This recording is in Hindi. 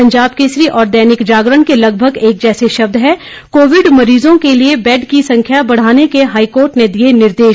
पंजाब केसरी और दैनिक जागरण के लगभग एक जैसे शब्द हैं कोविड मरीजों के लिए बैड की संख्या बढ़ाने के हाईकोर्ट ने दिए निर्देश